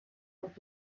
und